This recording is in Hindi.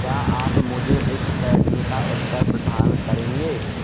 क्या आप मुझे इस प्रश्न का उत्तर प्रदान करेंगे